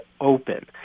open